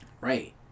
Right